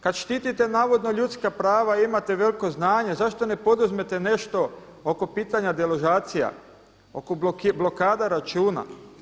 Kad štitite navodno ljudska prava i imate veliko znanje zašto ne poduzmete nešto oko pitanja deložacija, oko blokada računa?